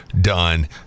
done